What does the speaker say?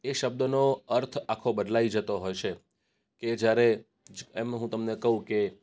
એ શબ્દોનો અર્થ આખો બદલાઈ જતો હોય છે કે જ્યારે એમનું હું તમને કહું કે